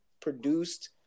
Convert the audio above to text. produced